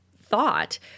thought